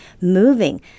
moving